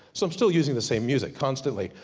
so i'm still using the same music constantly.